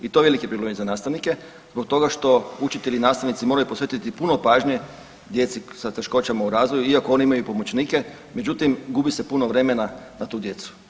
I to veliki problemi za nastavnike zbog toga što učitelji i nastavnici moraju posvetiti puno pažnje djeci sa teškoćama u razvoju iako oni imaju pomoćnike, međutim gubi se puno vremena na tu djecu.